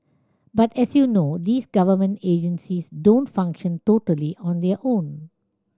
but as you know these government agencies don't function totally on their own